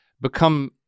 become